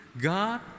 God